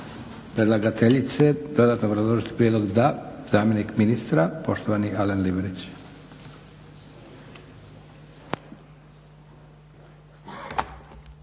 predlagateljice dodatno obrazložiti prijedlog? Da, zamjenik ministra poštovani Alen Leverić.